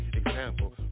Example